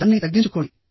దాన్ని తగ్గించుకోండి